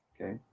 Okay